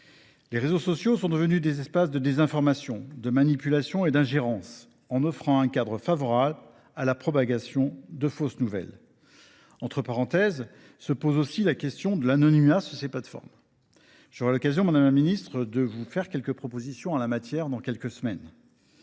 Les réseaux sociaux sont devenus des espaces de désinformation, de manipulation et d’ingérence, en offrant un cadre favorable à la propagation de fausses nouvelles. Par parenthèse, se pose aussi la question de l’anonymat sur ces plateformes. J’aurai l’occasion, madame la ministre, de formuler quelques propositions en la matière dans quelques semaines.